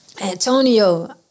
Antonio